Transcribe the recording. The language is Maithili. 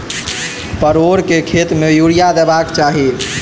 परोर केँ खेत मे यूरिया देबाक चही?